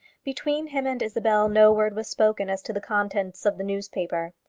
between him and isabel no word was spoken as to the contents of the newspaper.